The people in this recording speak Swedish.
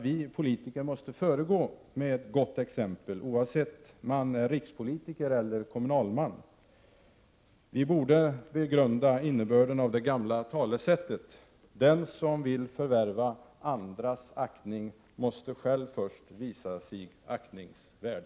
Vi politiker måste föregå med gott exempel — det gäller både rikspolitiker och kommunalmän. Vi borde begrunda innebörden av det gamla talesättet: Den som vill förvärva andras aktning måste själv först visa sig aktningsvärd.